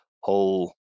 whole